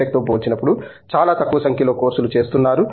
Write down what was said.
Tech తో పోల్చినప్పుడు చాలా తక్కువ సంఖ్యలో కోర్సులు చేస్తున్నారు